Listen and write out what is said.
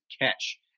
catch